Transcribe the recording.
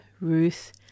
Ruth